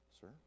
Sir